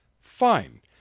fine